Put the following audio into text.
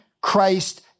Christ